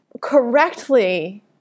correctly